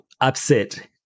upset